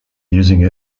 using